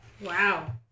Wow